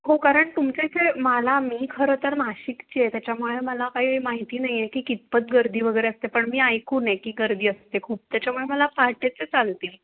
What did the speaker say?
हो कारण तुमच्या इथे मला मी खरं तर नाशिकची आहे त्याच्यामुळे मला काही माहिती नाही आहे की कितपत गर्दी वगैरे असते पण मी ऐकून आहे की गर्दी असते खूप त्याच्यामुळे मला पहाटेचे चालतील